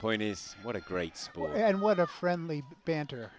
point is what a great school and what a friendly banter